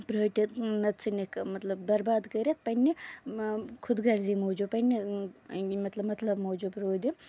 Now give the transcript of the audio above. پرٲٹِتھ نَنتہٕ ژھنِکھ مطلب برباد کٔرِتھ پَنٕنہِ خۄد گرزی موٗجوٗب پَنٕنہِ مطلب مطلب موٗجوٗب روٗد یِم